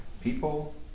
people